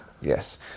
Yes